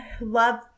love